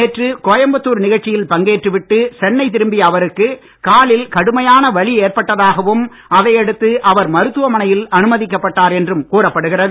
நேற்று கோயம்புத்தார் நிகழ்ச்சியில் பங்கேற்று விட்டு சென்னை திரும்பிய அவருக்கு காலில் கடுமையான வலி ஏற்பட்டதாகவும் அதை அடுத்து அவர் மருத்துவமனையில் அனுமதிக்கப்பட்டார் என்றும் கூறப்படுகிறது